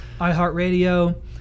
iHeartRadio